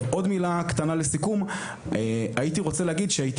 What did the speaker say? ועוד מילה קטנה לסיכום- הייתי רוצה להגיד שהייתי